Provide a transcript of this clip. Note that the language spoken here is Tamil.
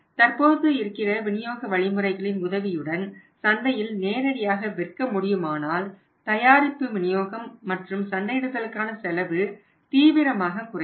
தற்போது இருக்கிற விநியோக வழிமுறைகளின் உதவியுடன் சந்தையில் நேரடியாக விற்க முடியுமானால் தயாரிப்பு விநியோகம் மற்றும் சந்தையிடுதலுக்கான செலவு தீவிரமாக குறையும்